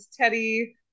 Teddy